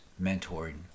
mentoring